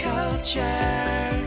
Culture